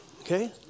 Okay